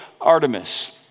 Artemis